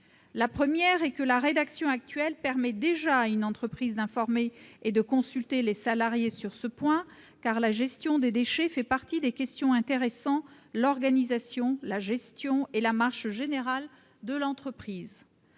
En premier lieu, la rédaction actuelle permet déjà à une entreprise d'informer et de consulter les salariés sur ce point, car la gestion des déchets fait partie des questions intéressant l'organisation, la gestion et la marche générale de l'entreprise.